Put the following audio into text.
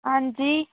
आं जी